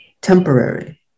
temporary